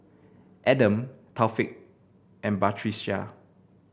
Adam Taufik and Batrisya